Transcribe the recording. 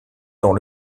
dans